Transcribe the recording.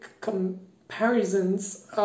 Comparison's